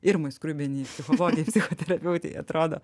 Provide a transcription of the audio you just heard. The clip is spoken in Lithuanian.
irmai skruibienei psichologei psichoterapeutei atrodo